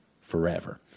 Forever